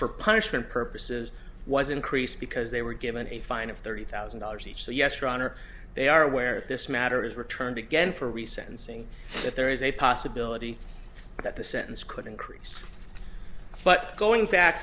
for punishment purposes was increased because they were given a fine of thirty thousand dollars each so yes stronger they are aware of this matter is returned again for resentencing that there is a possibility that the sentence could increase but going back